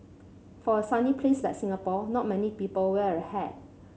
for a sunny place like Singapore not many people wear a hat